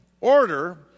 order